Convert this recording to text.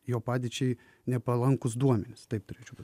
jo padėčiai nepalankūs duomenys taip turėčiau